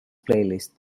playlist